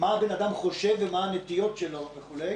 הבן אדם חושב ומה הנטיות שלו וכולי